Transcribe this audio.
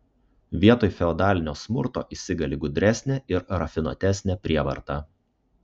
vietoj feodalinio smurto įsigali gudresnė ir rafinuotesnė prievarta